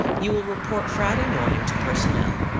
you will report friday morning to personnel,